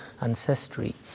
ancestry